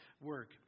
work